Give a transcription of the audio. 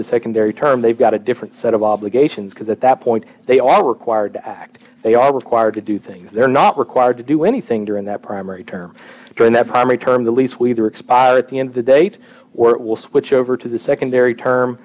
the secondary term they've got a different set of obligations because at that point they are required to act they are required to do things they are not required to do anything during that primary term during that primary term the lease we do expire at the end of the date will switch over to the secondary term